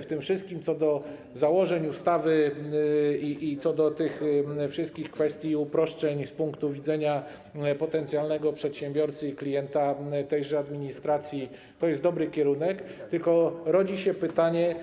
W tym wszystkim co do założeń ustawy i co do tych wszystkich kwestii dotyczących uproszczeń z punktu widzenia potencjalnego przedsiębiorcy i klienta tejże administracji to jest dobry kierunek, tylko rodzi się pytanie,